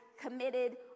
committed